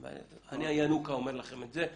אני הינוקא אומר לכם את זה.